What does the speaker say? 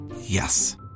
Yes